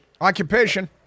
Occupation